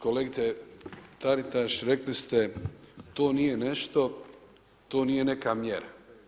Kolegice Taritaš, rekli ste to nije nešto, to nije neka mjera.